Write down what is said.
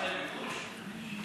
יש להן ביקוש?